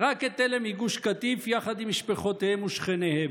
רק את אלה מגוש קטיף יחד עם משפחותיהם ושכניהם.